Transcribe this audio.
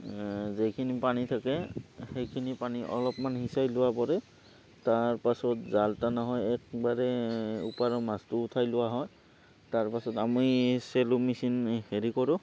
যেইখিনি পানী থাকে সেইখিনি পানী অলপমান সিঁচাই লোৱা পৰে তাৰপাছত জাল টনা হয় একবাৰে ওপাৰৰ মাছটো উঠাই লোৱা হয় তাৰপাছত আমি চেল' মেচিন হেৰি কৰোঁ